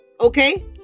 okay